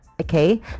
Okay